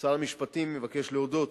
שר המשפטים מבקש להודות